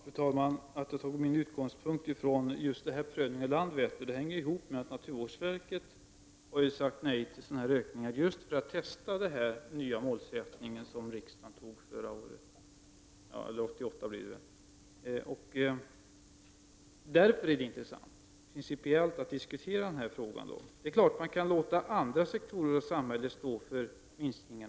Fru talman! Att jag som utgångspunkt tagit frågan om Landvetter hänger samman med att naturvårdsverket sagt nej till sådana ökningar just därför att man vill testa det mål som riksdagen antog 1988. Det är därför som det är intressant att principiellt diskutera den här frågan. Det är klart att man kan låta andra sektorer av samhället stå för minskningen.